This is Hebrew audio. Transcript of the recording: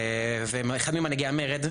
ואחד ממנהיגי המרד,